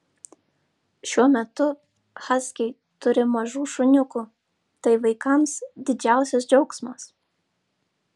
šiuo metu haskiai turi mažų šuniukų tai vaikams didžiausias džiaugsmas